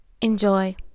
Enjoy